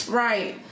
right